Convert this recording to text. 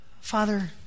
Father